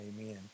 Amen